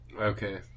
Okay